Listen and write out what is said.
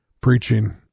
preaching